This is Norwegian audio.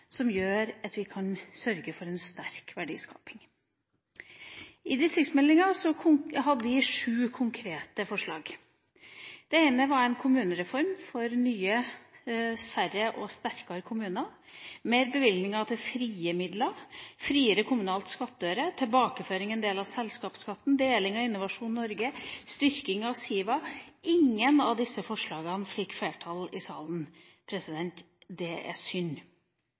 som gjør at vi kan sørge for en sterk verdiskaping. I forbindelse med distriktsmeldinga hadde vi sju konkrete forslag. Det ene var forslag om en kommunereform for nye, færre og sterkere kommuner, større bevilgninger til frie midler, friere kommunal skattøre, tilbakeføring av en del av selskapsskatten, deling av Innovasjon Norge, styrking av SIVA – ingen av disse forslagene fikk flertall i salen. Det er synd.